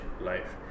life